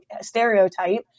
stereotype